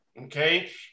okay